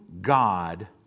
God